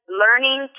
learning